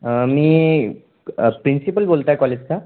मी principal बोलतोय कॉलेजचा